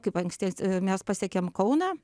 kaip anksti mes pasiekėm kauną